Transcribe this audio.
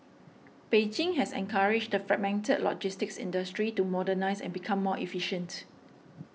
Beijing has encouraged the fragmented logistics industry to modernise and become more efficient